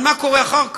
אבל מה קורה אחר כך?